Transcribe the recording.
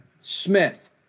Smith